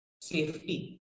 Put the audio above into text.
safety